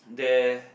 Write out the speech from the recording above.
there